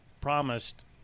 promised